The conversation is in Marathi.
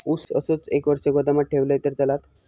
ऊस असोच एक वर्ष गोदामात ठेवलंय तर चालात?